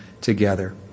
together